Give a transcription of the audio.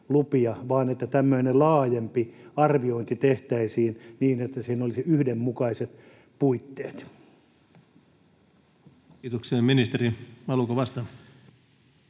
vaan että tämmöinen laajempi arviointi tehtäisiin niin, että siinä olisi yhdenmukaiset puitteet. [Speech 32] Speaker: